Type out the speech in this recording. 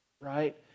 right